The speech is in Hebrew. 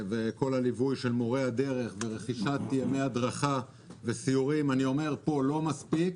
הליווי של מורי הדרך ורכישת ימי הדרכה וסיורים זה לא מספיק